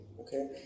Okay